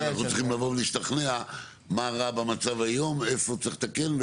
אנחנו צריכים לבוא ולהשתכנע מה רע במצב היום איפה צריך לתקן?